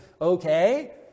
okay